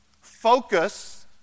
Focus